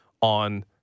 on